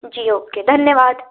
जी okay धन्यवाद